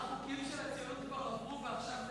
החוקים של הציונות כבר עברו ועכשיו,